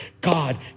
God